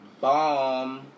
bomb